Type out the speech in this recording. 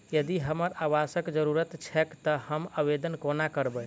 यदि हमरा आवासक जरुरत छैक तऽ हम आवेदन कोना करबै?